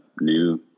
new